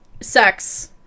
Sex